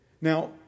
Now